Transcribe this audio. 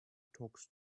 talks